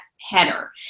header